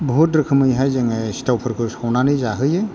बहुत रोखोमैहाय जोङो सिथावफोरखौ सावनानै जाहोयो